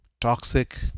toxic